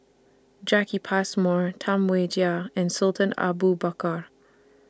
Jacki Passmore Tam Wai Jia and Sultan Abu Bakar